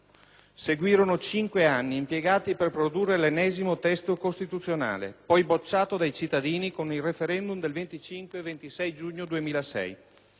Seguirono 5 anni impiegati per produrre l'ennesimo testo costituzionale che poi è stato bocciato dai cittadini con il *referendum* del 25 e 26 giugno 2006.